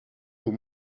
aux